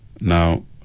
Now